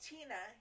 Tina